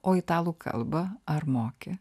o italų kalba ar moki